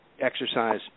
exercise